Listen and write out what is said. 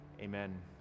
amen